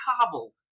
cobbled